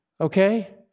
okay